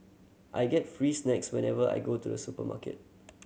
I get free snacks whenever I go to the supermarket